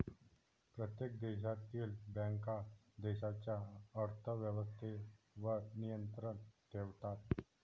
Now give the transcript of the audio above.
प्रत्येक देशातील बँका देशाच्या अर्थ व्यवस्थेवर नियंत्रण ठेवतात